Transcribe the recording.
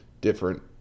different